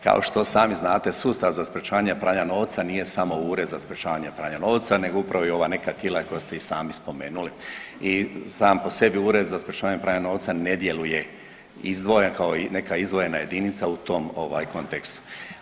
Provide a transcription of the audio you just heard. Kao što sami znate sustav za sprječavanje pranja novca nije samo Ured za sprječavanje pranja novca nego upravo i ova neka tijela koja ste i sami spomenuli i sam po sebi Ured za sprječavanje pranja novaca ne djeluje izdvojen kao i neka izdvojena jedinica u tom ovaj kontekstu.